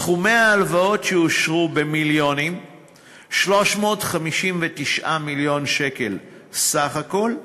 סכומי ההלוואות שאושרו, 359 מיליון שקל בסך הכול,